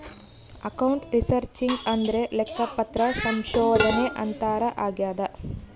account researching ಅಂದ್ರೆ ಲೆಕ್ಕಪತ್ರ ಸಂಶೋಧನೆ ಅಂತಾರ ಆಗ್ಯದ